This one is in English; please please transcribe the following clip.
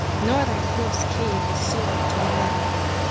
nor thy close cave a sword to murder thee,